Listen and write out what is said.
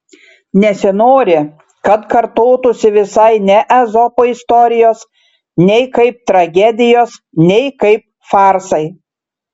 nesinori kad kartotųsi visai ne ezopo istorijos nei kaip tragedijos nei kaip farsai